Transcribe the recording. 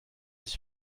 ich